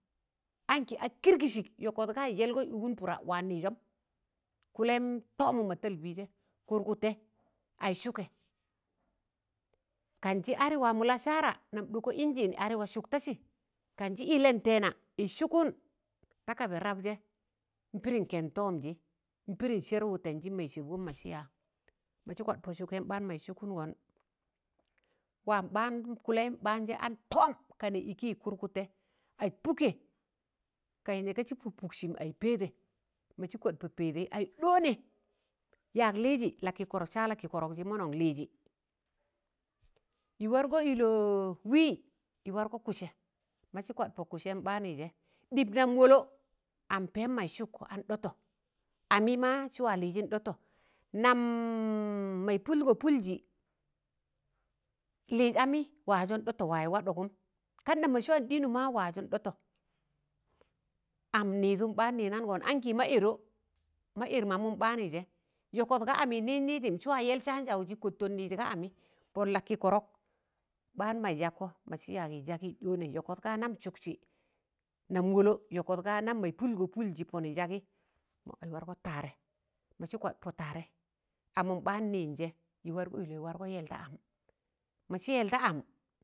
Ankị a kịrgịsịk, yọkọt ga ịz yẹlgọị wụgụn pụda wa nịị jọm, kụlẹm tọọmụm mọ tal bị jẹ, kụrgụtẹ aị sụkẹ kan jị arị wamọ lasara nam ɗọkọ injin arị wa sụk tasị, kan jị ịllẹn tẹẹna ịz sụkụụn ta kaba rab jẹ ịn pịrịn kẹnd tọmjị ịn pịrịn sẹr wụtẹnjị maị sẹbgọn ma sị ya, ma jị kwad pọ sụkẹn ɓ̣aan maị sụkụngọn, wam ɓ̣aan kụlẹm ɓaanjẹ an tọọm kụrgụtẹ as pụkẹ, ka ị nẹg ka sị pụk pụksịm aị pẹẹdẹ, mọsị kwa, pọ pẹẹdẹị aị ɗọọnẹ, yag lịzị laki̱ko̱rọk saa lakịkọrọkgị mọnọn lịzị, yịwargọ, ịlọọ wị yị wargọ kụsẹ mọ jị kwad pọ kụsẹịm ḅaanụi jẹ, ɗịp nam wọlọ am pẹẹm mọị sụkkọ, an ɗọtọ, amị ma sị wa lịzịn n'dọtọ, nam mọị pụlgọ, pụljị, lịz amị wa ya jọn ɗọtọ wa yaz wa ɗọgọm kan ɗam mọ sị wan ḍịnụ ma wa yajịn ḍọtọ, am nịịdụm baan nịịrụngọn ɓaan nịịnangọn, an kị ma ẹrọ ma ẹr mamụ baanụị jẹ yọkọt gaa amị nịịs nịịjịn, sị wa yẹl saanjaụ jị kọntọn nịs ga amị pọn lakịkọrọk, ɓaan mas yakọ masị yagị ịz yagị ịs ɗọọnẹ yakọt kaa nam sụksị, nam wọlọ yọkọt gaa nan mọị pụlgọ pụlsị pọnọz yagị as wargọ taarẹ masị kwad pọ taarẹị amụm ɓaan nịịnjẹ ịs wargọ ịlọ ịs yẹl ɗa anị, masị yẹl da am.